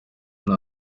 nta